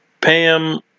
Pam